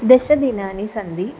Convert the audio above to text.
दशदिनानि सन्ति